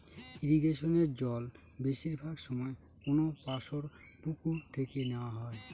ইরিগেশনের জল বেশিরভাগ সময় কোনপাশর পুকুর থেকে নেওয়া হয়